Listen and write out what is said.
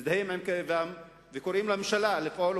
מזדהים עם כאבם וקוראים לממשלה לפעול,